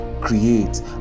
create